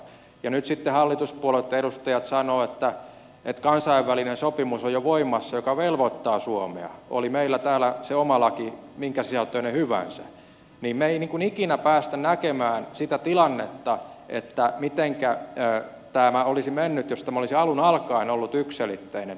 ja nyt sitten hallituspuolueiden edustajat sanovat että on jo voimassa kansainvälinen sopimus joka velvoittaa suomea oli meillä täällä se oma laki minkä sisältöinen hyvänsä niin että me emme ikinä pääse näkemään sitä tilannetta mitenkä tämä olisi mennyt jos tämä olisi alun alkaen ollut yksiselitteinen